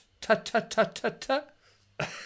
Ta-ta-ta-ta-ta